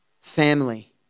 family